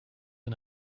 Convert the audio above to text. and